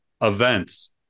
Events